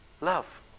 Love